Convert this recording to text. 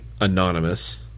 Anonymous